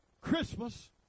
Christmas